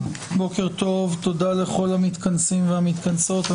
בוקר טוב, תודה לכל המתכנסים והמתכנסות.